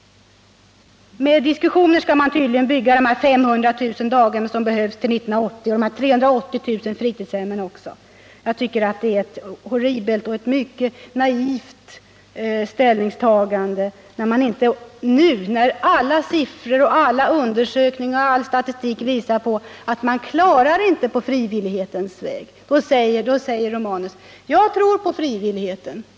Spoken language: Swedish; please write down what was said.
Med diskussioner skall man tydligen bygga de 500 000 daghem och de 380 000 fritidshem som behövs till 1980. Jag tycker det är ett horribelt och mycket naivt ställningstagande att, när alla siffror, alla undersökningar och all statistik visar att man inte klarar detta på frivillighetens väg, säga som Gabriel Romanus: Jag tror på frivilligheten!